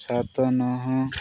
ସାତ ନଅ